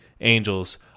Angels